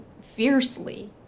fiercely